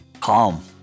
calm